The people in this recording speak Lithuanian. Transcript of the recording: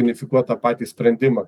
unifikuot tą patį sprendimą